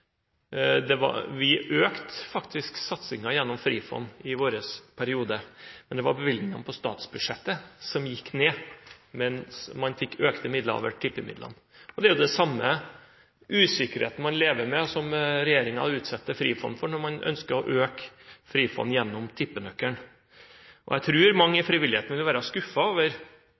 Det var bevilgningene på statsbudsjettet som gikk ned, mens man fikk mer gjennom tippemidlene. Det er jo den samme usikkerheten man lever med, og som regjeringen utsetter Frifond for, når man ønsker å øke Frifond gjennom tippenøkkelen. Jeg tror mange i frivilligheten vil være skuffet over